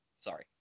Sorry